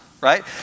Right